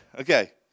Okay